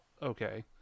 okay